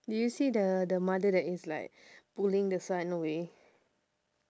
do you see the the mother that is like pulling the son away